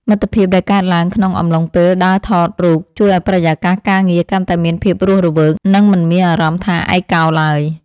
មិត្តភាពដែលកើតឡើងក្នុងអំឡុងពេលដើរថតរូបជួយឱ្យបរិយាកាសការងារកាន់តែមានភាពរស់រវើក និង មិនមានអារម្មណ៍ថាឯកោឡើយ។